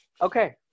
Okay